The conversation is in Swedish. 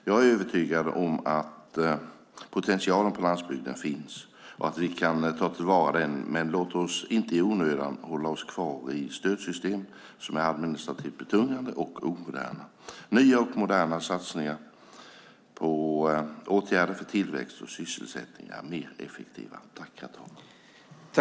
Jag är övertygad om att potentialen på landsbygden finns och att vi kan ta till vara den, men låt oss inte i onödan hålla oss kvar i stödsystem som är administrativt betungande och omoderna. Nya och moderna satsningar på åtgärder för tillväxt och sysselsättning är mer effektiva.